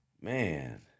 man